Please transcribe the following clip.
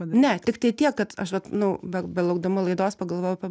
ne tiktai tiek kad aš vat nu be belaukdama laidos pagalvojau apie